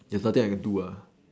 there's nothing I can do what